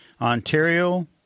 Ontario